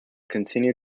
continue